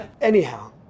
anyhow